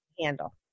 handle